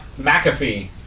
McAfee